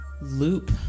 loop